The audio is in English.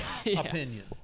opinion